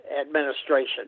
Administration